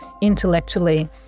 intellectually